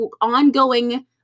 ongoing